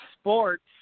sports